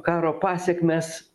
karo pasekmės